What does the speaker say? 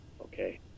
Okay